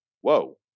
whoa